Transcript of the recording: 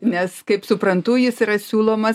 nes kaip suprantu jis yra siūlomas